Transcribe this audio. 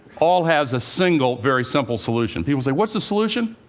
all has a single, very simple solution. people say, what's the solution?